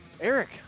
Eric